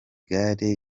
gare